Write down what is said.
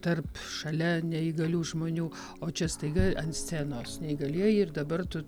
tarp šalia neįgalių žmonių o čia staiga ant scenos neįgalieji ir dabar tu